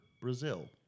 Brazil